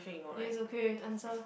yes okay answer